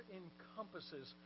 encompasses